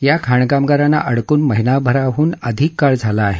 या खाणकामगारांना अडकून महिनाभराहून अधिक काळ झाला आहे